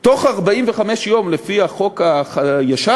בתוך 45 יום לפי החוק הישן